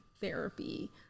therapy